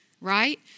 right